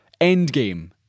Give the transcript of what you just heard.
Endgame